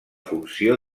funció